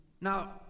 Now